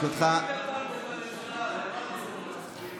רבותיי